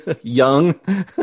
young